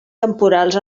temporals